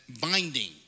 binding